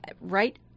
right